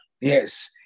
Yes